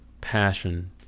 passion